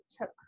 took